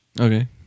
Okay